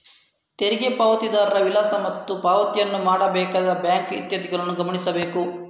ತೆರಿಗೆ ಪಾವತಿದಾರರ ವಿಳಾಸ ಮತ್ತು ಪಾವತಿಯನ್ನು ಮಾಡಬೇಕಾದ ಬ್ಯಾಂಕ್ ಇತ್ಯಾದಿಗಳನ್ನು ಗಮನಿಸಬೇಕು